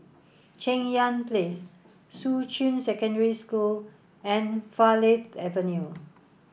Cheng Yan Place Shuqun Secondary School and Farleigh Avenue